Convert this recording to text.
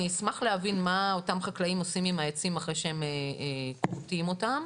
אני אשמח להבין מה אותם חקלאים עושים עם העצים אחרי שהם כורתים אותם.